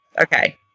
Okay